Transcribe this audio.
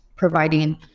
providing